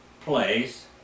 place